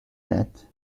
that